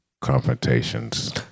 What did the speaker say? confrontations